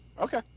Okay